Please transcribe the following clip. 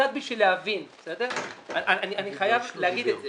קצת בשביל להבין, אני חייב להגיד את זה: